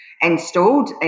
installed